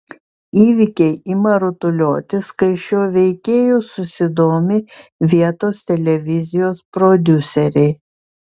įvykiai ima rutuliotis kai šiuo veikėju susidomi vietos televizijos prodiuseriai